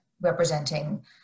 representing